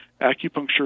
acupuncture